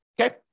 Okay